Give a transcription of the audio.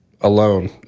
Alone